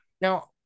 Now